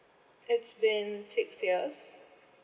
it's been six years